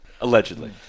Allegedly